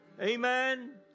Amen